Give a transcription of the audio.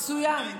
מצוין.